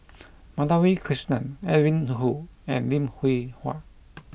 Madhavi Krishnan Edwin Koo and Lim Hwee Hua